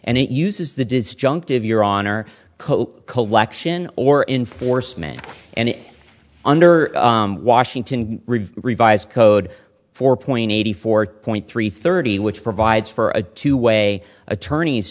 and it uses the disjunctive your honor code collection or in force men and under washington revised code four point eighty four point three thirty which provides for a two way attorney